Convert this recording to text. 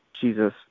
jesus